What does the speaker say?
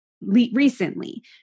Recently